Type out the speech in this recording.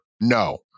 No